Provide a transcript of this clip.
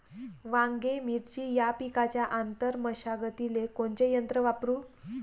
वांगे, मिरची या पिकाच्या आंतर मशागतीले कोनचे यंत्र वापरू?